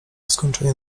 skończeniu